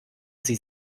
sie